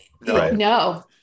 No